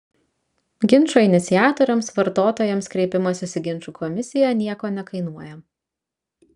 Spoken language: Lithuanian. ginčo iniciatoriams vartotojams kreipimasis į ginčų komisiją nieko nekainuoja